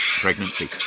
pregnancy